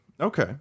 Okay